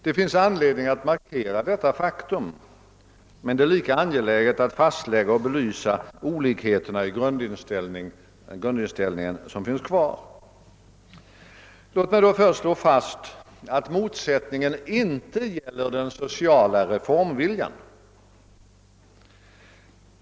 Det finns anledning att markera detta faktum, men det är lika angeläget att fastlägga och belysa de olikheter i grundinställningen som finns kvar. Jag vill då först slå fast att motsättningen inte gäller den sociala reformviljan.